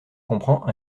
comprend